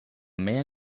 man